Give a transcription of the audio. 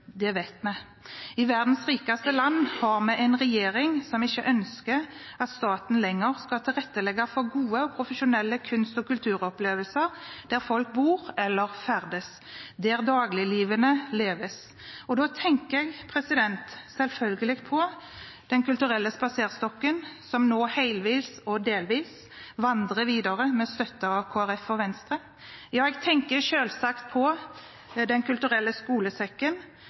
Det vet vi. I verdens rikeste land har vi en regjering som ikke ønsker at staten lenger skal tilrettelegge for gode og profesjonelle kunst- og kulturopplevelser der folk bor eller ferdes – der dagliglivet leves. Da tenker jeg selvfølgelig på Den kulturelle spaserstokken som nå, helt eller delvis, vandrer videre med støtte fra Kristelig Folkeparti og Venstre. Jeg tenker selvsagt på Den kulturelle skolesekken,